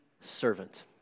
servant